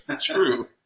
True